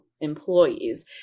employees